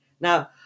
Now